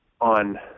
on